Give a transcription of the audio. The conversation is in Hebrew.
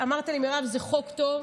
אמרת לי: מירב, זה חוק טוב.